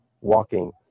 walking